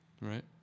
right